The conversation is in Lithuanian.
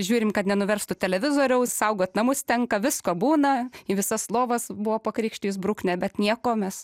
žiūrim kad nenuverstų televizoriaus saugot namus tenka visko būna į visas lovas buvo pakrikštijus bruknė bet nieko mes